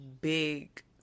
big